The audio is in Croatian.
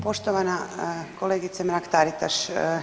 Poštovana kolegice Mrak-Taritaš.